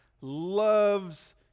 loves